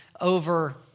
over